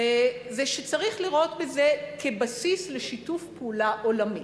הוא שצריך לראות בזה בסיס לשיתוף פעולה עולמי.